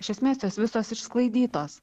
iš esmės jos visos išsklaidytos